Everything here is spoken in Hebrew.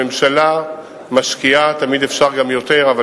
על מה המשטרה עומדת על הרגליים האחוריות שלה